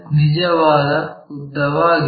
ನಿಜವಾದ ಉದ್ದವಾಗಿದೆ